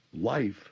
life